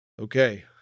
okay